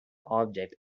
object